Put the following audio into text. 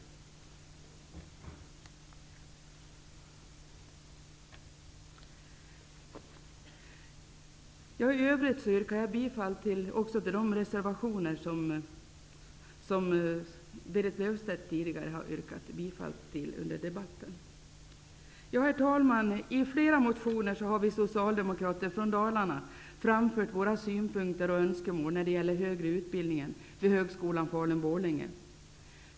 I övrigt yrkar jag bifall också till de reservationer som Berit Löfstedt tidigare har yrkat bifall till under debatten. Herr talman! I flera motioner har vi socialdemokrater från Dalarna framfört våra synpunkter och önskemål när det gäller den högre utbildningen vid Högskolan Falun/Borlänge.